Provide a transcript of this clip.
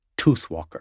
Toothwalker